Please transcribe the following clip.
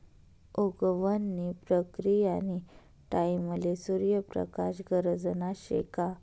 उगवण नी प्रक्रीयानी टाईमले सूर्य प्रकाश गरजना शे का